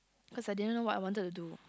cause I didn't know what I wanted to do